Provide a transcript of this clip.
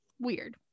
weird